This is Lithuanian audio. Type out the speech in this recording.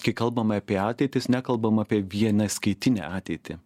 kai kalbame apie ateitis nekalbam apie vienaskaitinę ateitį